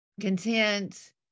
content